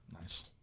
Nice